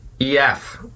EF